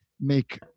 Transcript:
make